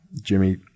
jimmy